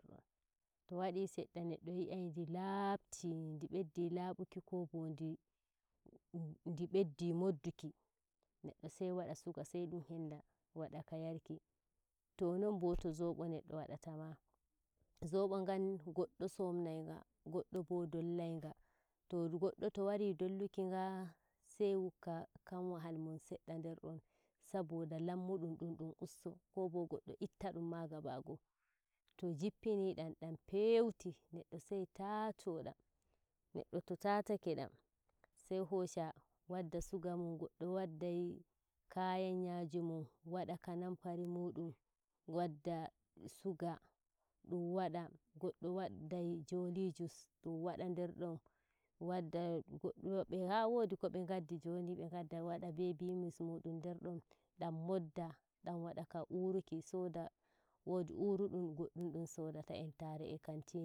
To wadi seɗɗa neɗɗo yi ai ndi laptai ndi beddi labuki ko bo ndi ndi beddi modduki neddo sai wada sugar sai dum henda wada ka yarki. To nonbo to zobo neɗɗo watta ma zobo ngan goɗɗo somnai nga goɗɗo bo dollai nga. To goɗɗo to wari dolluki nga sai wukka kanwahal mun seɗɗa nderdon saboda lammudum dum dun usto ko bo goddo itta dum ma gaba go- o to jippinidam dan feuti neɗɗo sai tacho dan neɗɗo to tachake dam sai hosha wadda sugar mun goddo waddai kayan yaji mun wada kanfari mudum waɗɗa suga ɗum wada goɗɗo waddai joly jus mun waɗa nder don waɗɗa naa wodi ko be ngaddi joni, wada bevi mix mudum nder don dam modda dam wada ka uroki soda wodi uruɗum goɗɗum don sodaka entare e kanti.